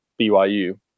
BYU